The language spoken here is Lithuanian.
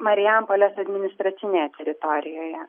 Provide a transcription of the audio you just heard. marijampolės administracinėje teritorijoje